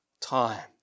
time